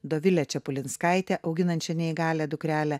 dovile čepulinskaite auginančią neįgalią dukrelę